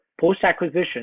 post-acquisition